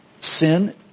Sin